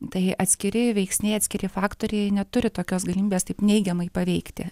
tai atskiri veiksniai atskiri faktoriai neturi tokios galimybės taip neigiamai paveikti